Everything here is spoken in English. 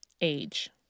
age